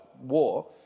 war